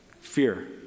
Fear